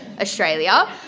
Australia